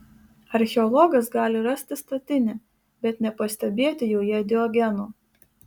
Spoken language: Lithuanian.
archeologas gali rasti statinę bet nepastebėti joje diogeno